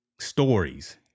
stories